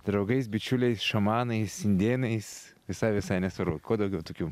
draugais bičiuliais šamanais indėnais visai visai nesvarbu kuo daugiau tokių